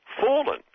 fallen